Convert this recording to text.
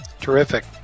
Terrific